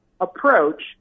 approach